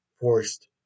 forced